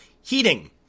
heating